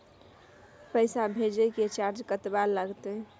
पैसा भेजय के चार्ज कतबा लागते?